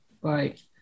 right